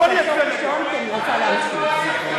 גם אני אצביע נגד.